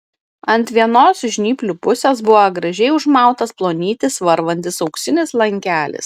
ant vienos žnyplių pusės buvo gražiai užmautas plonytis varvantis auksinis lankelis